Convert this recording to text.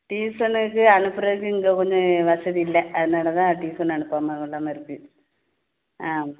டியூஷனுக்கு அனுப்புறதுக்கு இங்கே ஒன்று வசதி இல்லை அதனால தான் டியூஷன் அனுப்பாமல் கொள்ளாமல் இருக்கு ஆமாம்